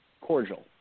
cordial